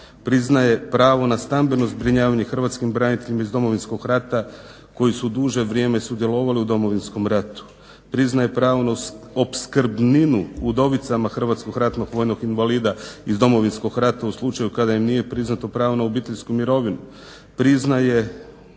priznaje pravo na stambeno zbrinjavanje hrvatskim braniteljima iz Domovinskog rata koji su duže vrijeme sudjelovali u Domovinskom ratu. Priznaje pravo na opskrbninu udovicama hrvatskog ratnog vojnog invalida iz Domovinskog rata u slučaju kada im nije priznato pravo na obiteljsku mirovinu, priznaje